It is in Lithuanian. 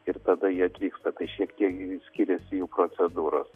ir tada jie atvyksta tai šiek tiek skiriasi jų procedūros